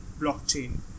blockchain